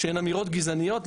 שהן אמירות גזעניות.